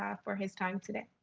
yeah for his time today.